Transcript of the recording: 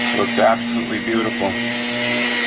absolutely beautiful